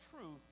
truth